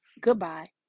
goodbye